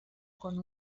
con